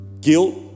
Guilt